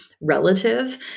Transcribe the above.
relative